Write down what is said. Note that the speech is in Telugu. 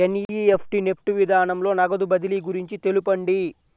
ఎన్.ఈ.ఎఫ్.టీ నెఫ్ట్ విధానంలో నగదు బదిలీ గురించి తెలుపండి?